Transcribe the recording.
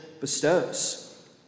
bestows